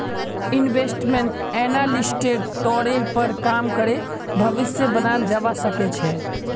investment एनालिस्टेर तौरेर पर काम करे भविष्य बनाल जावा सके छे